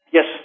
Yes